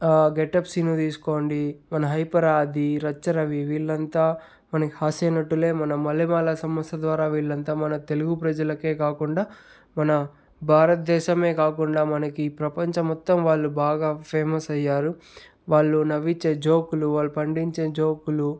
getup Seenu తీసుకోండి మన hyper Aadi Racha Ravi వీళ్ళంతా మనకి హాస్యనటులే మన మల్లెమాల సంస్థ ద్వారా వీళ్ళంతా మన తెలుగు ప్రజలకే కాకుండా మన భారతదేశమే కాకుండా మనకి ప్రపంచం మొత్తం వాళ్ళు బాగా ఫేమస్ అయ్యారు వాళ్ళు నవ్వించే జోక్లు వాళ్ళు పండించే జోక్లు